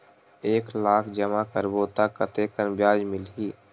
एक लाख जमा करबो त कतेकन ब्याज मिलही?